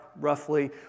roughly